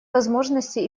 возможности